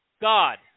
God